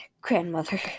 grandmother